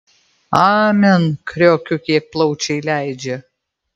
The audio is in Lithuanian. amen kriokiu kiek plaučiai leidžia